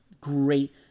great